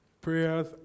Prayers